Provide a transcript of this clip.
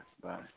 Bye